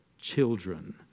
children